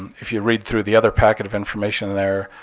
if you read through the other packet of information in there,